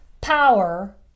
power